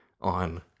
on